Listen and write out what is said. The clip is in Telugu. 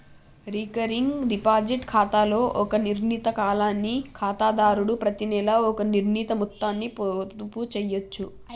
రికరింగ్ డిపాజిట్ ఖాతాలో ఒక నిర్ణీత కాలానికి ఖాతాదారుడు ప్రతినెలా ఒక నిర్ణీత మొత్తాన్ని పొదుపు చేయచ్చు